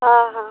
हाँ हाँ